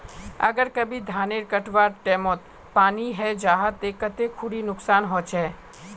अगर कभी धानेर कटवार टैमोत पानी है जहा ते कते खुरी नुकसान होचए?